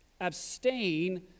abstain